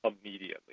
immediately